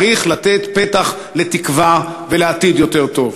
צריך לתת פתח לתקווה ולעתיד יותר טוב.